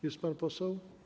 Jest pan poseł?